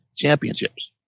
Championships